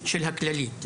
בכללית.